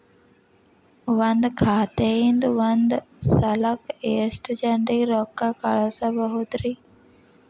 ಒಂದ್ ಖಾತೆಯಿಂದ, ಒಂದ್ ಸಲಕ್ಕ ಎಷ್ಟ ಜನರಿಗೆ ರೊಕ್ಕ ಕಳಸಬಹುದ್ರಿ?